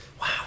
Wow